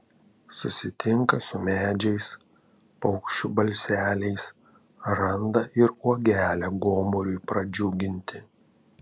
susitinka su medžiais paukščių balseliais randa ir uogelę gomuriui pradžiuginti